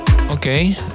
Okay